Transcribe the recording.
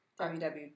www